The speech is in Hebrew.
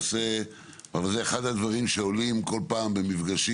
אבל זה אחד הדברים שעולים בכל פעם במפגשים